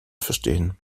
verstehen